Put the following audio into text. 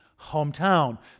hometown